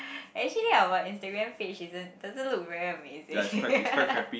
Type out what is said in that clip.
actually our Instagram page isn't doesn't look very amazing